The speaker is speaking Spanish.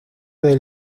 del